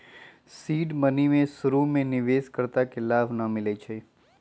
seed money में शुरु में निवेश कर्ता के लाभ न मिलै छइ